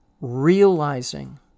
Realizing